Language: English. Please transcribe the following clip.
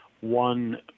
one